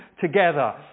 together